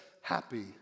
happy